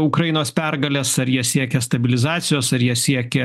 ukrainos pergalės ar jie siekia stabilizacijos ar jie siekia